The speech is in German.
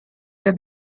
der